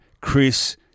Chris